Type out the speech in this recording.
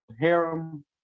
Harem